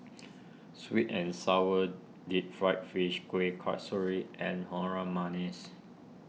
Sweet and Sour Deep Fried Fish Kueh Kasturi and Harum Manis